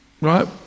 right